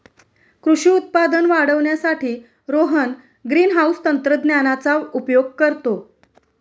कृषी उत्पादन वाढवण्यासाठी रोहन ग्रीनहाउस तंत्रज्ञानाचा उपयोग करतो